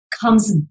comes